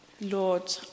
Lord